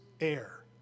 air